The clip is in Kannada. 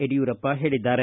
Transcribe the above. ಯಡಿಯೂರಪ್ಪ ಹೇಳಿದ್ದಾರೆ